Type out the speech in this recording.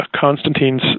Constantine's